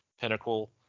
Pinnacle